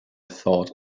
thought